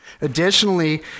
Additionally